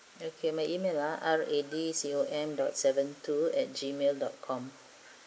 okay my email lah R A D C O M dot seven two at gmail dot com